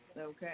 Okay